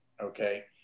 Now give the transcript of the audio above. Okay